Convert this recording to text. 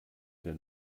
der